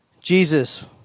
Jesus